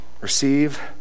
receive